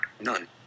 none